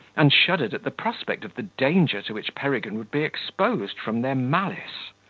and shuddered at the prospect of the danger to which peregrine would be exposed from their malice.